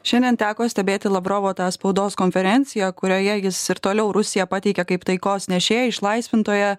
šiandien teko stebėti lavrovo tą spaudos konferenciją kurioje jis ir toliau rusiją pateikė kaip taikos nešėją išlaisvintoją